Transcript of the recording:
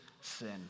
sin